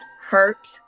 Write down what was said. hurt